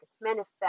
manifest